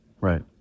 right